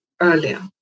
earlier